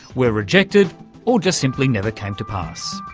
were rejected or just simply never came to pass.